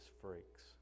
freaks